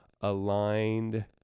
aligned